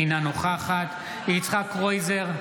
אינה נוכחת יצחק קרויזר,